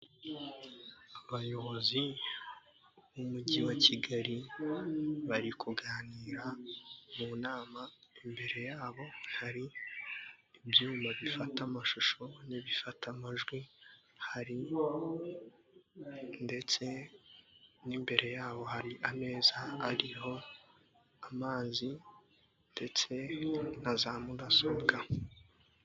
Abayobozi b'umujyi wa Kigali bari kuganira mu nama imbere yabo hari ibyuma bifata amashusho n'ibifata amajwi, hari ndetse n'imbere yabo hari ameza ariho amazi ndetse na za mudasobwa.